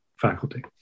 faculty